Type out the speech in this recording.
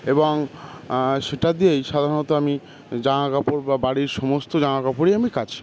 এবং সেটা দিয়েই সাধারণত আমি জামা কাপড় বা বাড়ির সমস্ত জামা কাপড়ই আমি কাছি